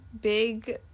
big